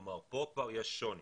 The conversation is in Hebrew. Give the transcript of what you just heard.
פה כבר יש שוני.